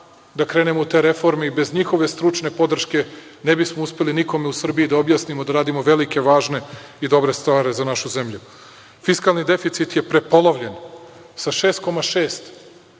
da krenemo u te reforme i bez njihove stručne podrške ne bismo uspeli nikome u Srbiji da objasnimo da radimo velike, važne i dobre stvari za našu zemlju. Fiskalni deficit je prepolovljen sa 6,6,